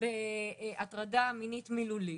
בהטרדה מינית מילולית,